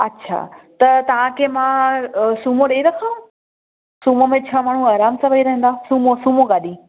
अच्छा त तव्हांखे मां सूमो ॾई रखांव सूमो में छह माण्हू आराम सां वही रहंदा सूमो सूमो गाॾी